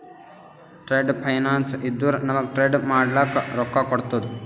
trade finance ಇದ್ದುರ ನಮೂಗ್ trade ಮಾಡ್ಲಕ ರೊಕ್ಕಾ ಕೋಡ್ತುದ